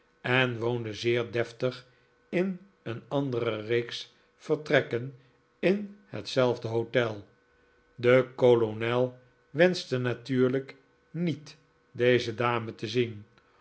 en woonde zeer deftig in een andere reeks vertrekken in hetzelfde hotel de kolonel wenschte natuurlijk niet deze dame te zien